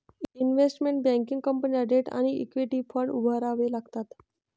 investment banking कंपनीला debt आणि equity fund उभारावे लागतात